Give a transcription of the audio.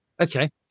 Okay